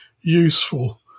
useful